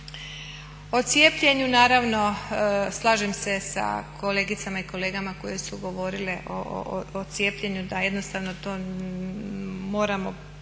O cijepljenju naravno slažem se sa kolegicama i kolegama koje su govorile o cijepljenju da jednostavno to moramo pomoći,